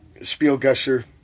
Spielgusher